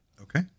Okay